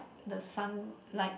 the sunlight